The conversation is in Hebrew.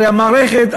הרי המערכת,